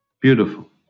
Beautiful